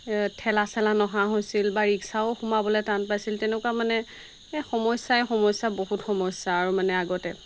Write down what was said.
ঠেলা চেলা নহা হৈছিল বা ৰিক্সাও সোমাবলৈ টান পাইছিল তেনেকুৱা মানে এই সমস্যাই সমস্যা বহুত সমস্যা আৰু মানে আগতে